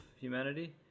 humanity